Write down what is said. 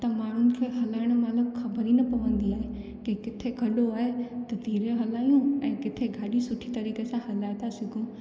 त माण्हुनि खे हलाइणु महिल ख़बर ई न पवंदी आहे की किथे खॾो आहे त धीरे हलायूं ऐं किथे गाॾी सुठी तरीक़े सां हलाए था सघूं